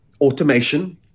automation